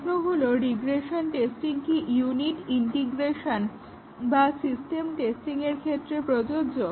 প্রশ্ন হলো regression testing কি ইউনিট ইন্টিগ্রেশন বা সিস্টেম টেস্টিংয়ের ক্ষেত্রে প্রযোজ্য